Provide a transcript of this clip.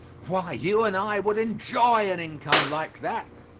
why, you and i would enjoy an income like that!